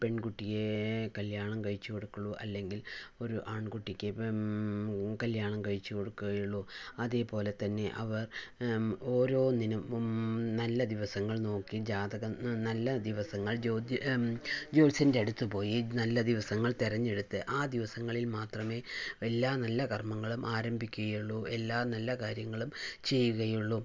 പെൺകുട്ടിയെ കല്യാണം കഴിച്ചു കൊടുക്കുകയുള്ളൂ അല്ലെങ്കിൽ ഒരു ആൺകുട്ടിക്ക് ഇപ്പോൾ കല്യാണം കഴിച്ചുകൊടുക്കുകയുള്ളൂ അതേപോലെ തന്നെ അവർ ഓരോന്നിനും നല്ല ദിവസങ്ങൾ നോക്കി ജാതകം നല്ല ദിവസങ്ങൾ ജ്യോതി ജ്യോത്സ്യൻ്റെ അടുത്തു പോയി നല്ല ദിവസങ്ങൾ തെരഞ്ഞെടുത്തു ആ ദിവസങ്ങളിൽ മാത്രമേ എല്ലാ നല്ല കർമ്മങ്ങളും ആരംഭിക്കുകയുള്ളൂ എല്ലാ നല്ല കാര്യങ്ങളും ചെയ്യുകയുള്ളൂ